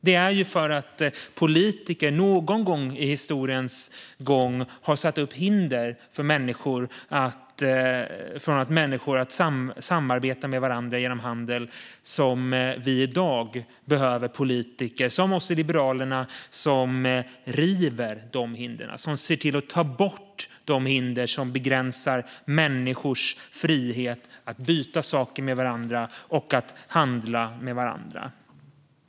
Det är ju för att politiker någon gång i historien har satt upp hinder för människor att samarbeta med varandra genom handel som vi i dag behöver politiker, som oss i Liberalerna, som river dessa hinder och ser till att ta bort de hinder som begränsar människors frihet att byta saker och handla med varandra.